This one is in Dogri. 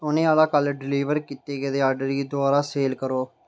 औने आह्ला कल डलीवर कीते गेदे आर्डर गी दबारै पर सेल करो